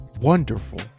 wonderful